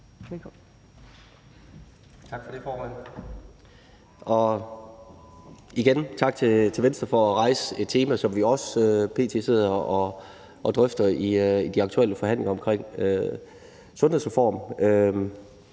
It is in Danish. (EL): Tak for det, formand. Og igen tak til Venstre for at rejse et tema, som vi også p.t. sidder og drøfter i de aktuelle forhandlinger om en sundhedsreform.